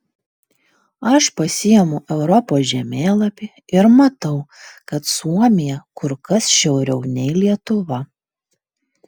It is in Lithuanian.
aš pasiimu europos žemėlapį ir matau kad suomija kur kas šiauriau nei lietuva